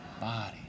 Body